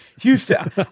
Houston